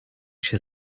się